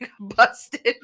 busted